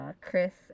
Chris